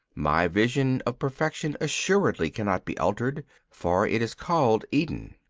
my vision of perfection assuredly cannot be altered for it is called eden.